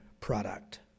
product